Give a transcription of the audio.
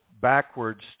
backwards